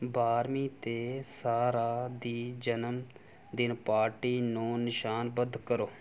ਬਾਰ੍ਹਵੀਂ 'ਤੇ ਸਾਰ੍ਹਾ ਦੀ ਜਨਮ ਦਿਨ ਪਾਰਟੀ ਨੂੰ ਨਿਸ਼ਾਨਬੱਧ ਕਰੋ